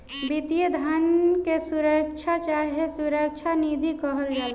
वित्तीय धन के सुरक्षा चाहे सुरक्षा निधि कहल जाला